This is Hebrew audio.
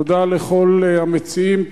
תודה לכל המציעים,